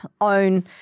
own